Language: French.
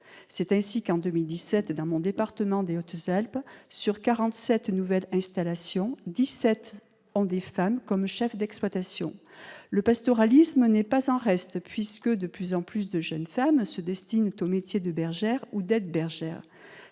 C'est ainsi que, en 2017, dans mon département, les Hautes-Alpes, sur 47 nouvelles installations, 17 ont des femmes comme chef d'exploitation. Le pastoralisme n'est pas en reste puisque de plus en plus de jeunes femmes se destinent au métier de bergère ou d'aide-bergère.